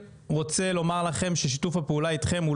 לא חד פעמי וזה שולחן עגול שיתכנס הרבה פעמים.